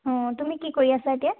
অঁ তুমি কি কৰি আছা এতিয়া